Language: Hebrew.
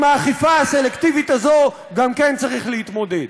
גם עם האכיפה הסלקטיבית הזאת צריך להתמודד.